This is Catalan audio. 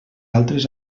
altres